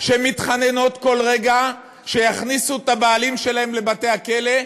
שמתחננות כל רגע שיכניסו את הבעלים שלהן לבתי-הכלא,